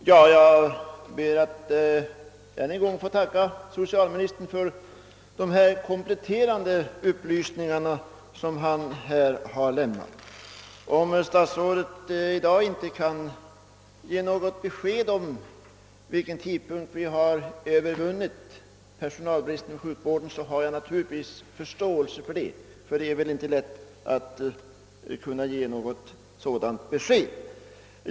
Herr talman! Jag ber att få tacka socialministern för de kompletterande upplysningar som han nu har lämnat. Om statsrådet i dag inte kan ge något besked om vid vilken tidpunkt vi har övervunnit personalbristen inom sjukvården, har jag naturligtvis förståelse för det. Det är väl inte lätt att ge något sådant besked.